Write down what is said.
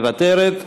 מוותרת,